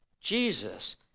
Jesus